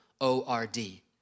O-R-D